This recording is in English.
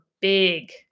Big